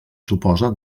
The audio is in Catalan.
suposa